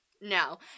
No